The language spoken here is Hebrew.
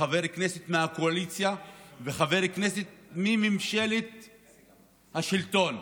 וחבר כנסת מהקואליציה וחבר כנסת ממפלגת השלטון,